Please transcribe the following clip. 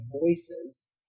voices